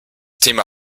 thema